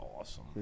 awesome